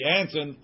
answer